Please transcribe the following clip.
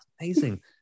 Amazing